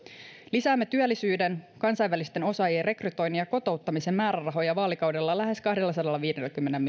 lisäämme työllisyyden kansainvälisten osaajien rekrytoinnin ja kotouttamisen määrärahoja vaalikaudella lähes kahdellasadallaviidelläkymmenellä